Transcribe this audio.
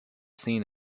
seen